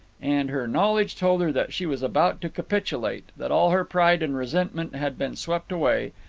and her knowledge told her that she was about to capitulate, that all her pride and resentment had been swept away,